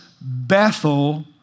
Bethel